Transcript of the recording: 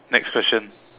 next question